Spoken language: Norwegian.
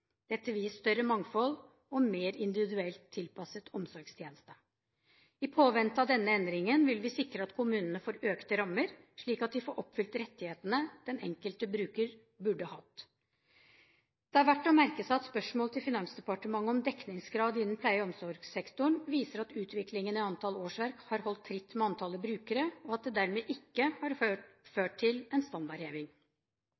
Dette vil gi et større mangfold og en mer individuelt tilpasset omsorgstjeneste. I påvente av denne endringen vil vi sikre at kommunene får økte rammer, slik at de kan oppfylle rettighetene den enkelte bruker burde hatt. Det er verdt å merke seg at spørsmål til Finansdepartementet om dekningsgrad innen pleie- og omsorgssektoren viser at utviklingen i antall årsverk har holdt tritt med antallet brukere, og at det dermed ikke har ført